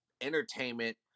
entertainment